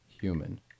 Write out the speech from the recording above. human